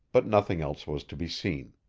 but nothing else was to be seen.